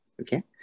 Okay